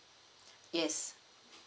yes